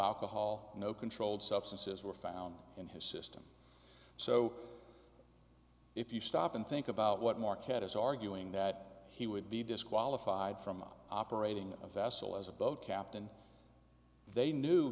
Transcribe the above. alcohol no controlled substances were found in his system so if you stop and think about what mark had is arguing that he would be disqualified from operating a vessel as a boat captain they knew